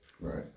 Right